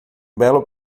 belo